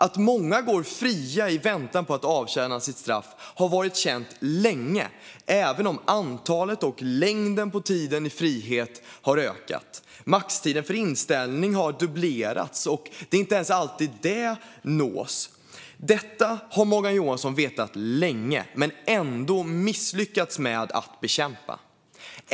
Att många går fria i väntan på att avtjäna sitt straff har varit känt länge även om antalet och längden på tiden i frihet har ökat. Maxtiden för inställning har dubblerats, och det är inte ens alltid som den nås. Detta har Morgan Johansson vetat länge men ändå misslyckats med att bekämpa.